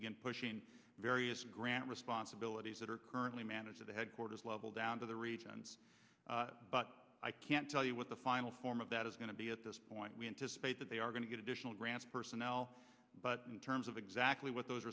begin pushing various grant responsibilities that are currently manage to the headquarters level down to the regions but i can't tell you what the final form of that is going to be at this point we anticipate that they are going to get additional grants personnel but in terms of exactly what those